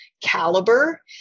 caliber